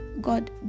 God